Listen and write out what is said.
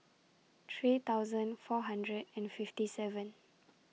three thousand four hundred and fifty seven